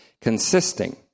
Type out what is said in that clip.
consisting